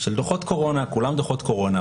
כולם על דוחות קורונה,